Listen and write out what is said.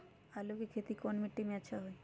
आलु के खेती कौन मिट्टी में अच्छा होइ?